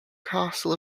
castle